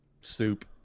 soup